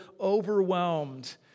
overwhelmed